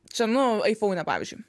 čia nu iphone pavyzdžiui